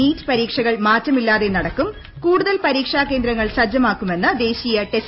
NEET പരീക്ഷകൾ മാറ്റമില്ലാതെ നടക്കും ന് കൂടതൽ പരീക്ഷാകേന്ദ്രങ്ങൾ സജ്ജമാക്കുമെന്ന് ദേശീയ ടെസ്റ്റിംഗ് ഏജൻസി